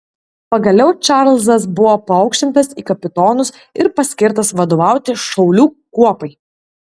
pagaliau čarlzas buvo paaukštintas į kapitonus ir paskirtas vadovauti šaulių kuopai